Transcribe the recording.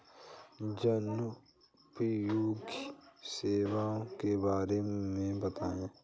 जनोपयोगी सेवाओं के बारे में बताएँ?